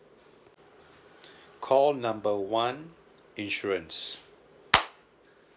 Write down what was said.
call number one insurance